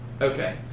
Okay